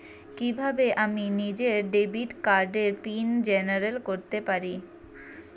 কিভাবে আমি নিজেই ডেবিট কার্ডের পিন জেনারেট করতে পারি?